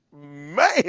Man